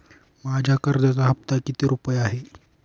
माझ्या कर्जाचा हफ्ता किती रुपये आहे?